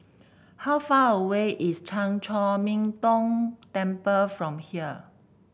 how far away is Chan Chor Min Tong Temple from here